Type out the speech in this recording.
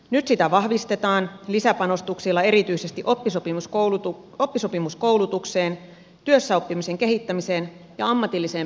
nyt sitä vahvistetaan erityisesti lisäpanostuksilla oppisopimuskoulutukseen työssäoppimisen kehittämiseen ja ammatilliseen peruskoulutukseen